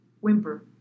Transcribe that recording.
whimper